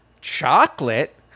chocolate